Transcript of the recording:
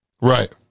right